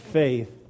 faith